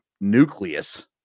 nucleus